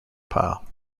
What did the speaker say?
pile